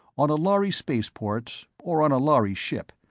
on a lhari spaceport, or on a lhari ship,